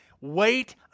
wait